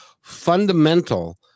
fundamental